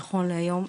נכון להיום,